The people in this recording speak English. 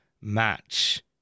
match